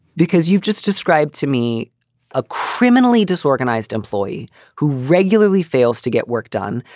because you've just described to me a criminally disorganized employee who regularly fails to get work done,